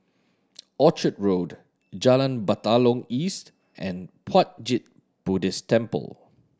Orchard Road Jalan Batalong East and Puat Jit Buddhist Temple